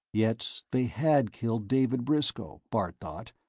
yet they had killed david briscoe, bart thought,